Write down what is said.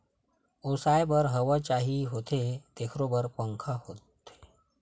ओसाए बर हवा चाही होथे तेखरो बर पंखा होथे